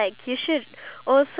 oh